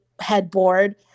headboard